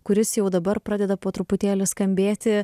kuris jau dabar pradeda po truputėlį skambėti